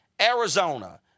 Arizona